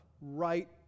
right